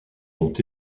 ont